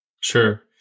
Sure